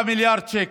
12 שנים.